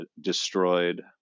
destroyed